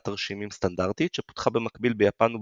תרשימים סטנדרטית שפותחה במקביל ביפן ובמערב.